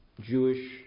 Jewish